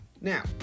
now